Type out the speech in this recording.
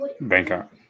Bangkok